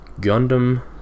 Gundam